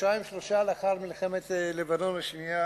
חודשיים-שלושה לאחר מלחמת לבנון השנייה